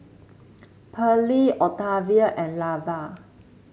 Pearley Octavia and Lavar